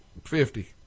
Fifty